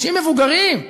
אנשים מבוגרים,